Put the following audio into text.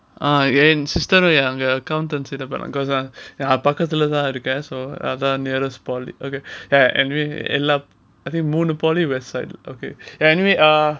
ah and sister அங்க பண்ணாங்க:anga pannaanga accountancy பண்ணாங்க:pannaanga nearest polytechnic okay ya anyway பக்கத்துலதான் இருக்கேன்:pakkathulathaan irukkaen I think polytechnic website okay ya anyway err